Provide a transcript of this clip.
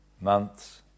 months